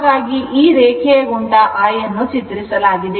ಹಾಗಾಗಿ ಈ ರೇಖೆಯಗುಂಟ I ಅನ್ನು ಚಿತ್ರಿಸಲಾಗಿದೆ